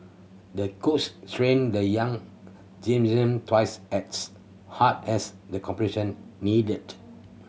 the coach trained the young gymnast twice as hard as the competition neared